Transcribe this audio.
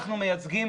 אנחנו מייצגים